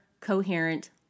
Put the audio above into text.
coherent